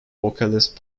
vocalist